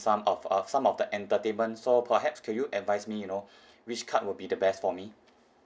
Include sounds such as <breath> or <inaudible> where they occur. some of of some of the entertainment so perhaps could you advise me you know <breath> which card will be the best for me